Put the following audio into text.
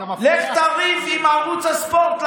לך תריב עם ערוץ הספורט,